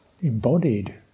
embodied